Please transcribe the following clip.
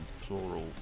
plural